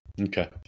Okay